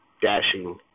dashing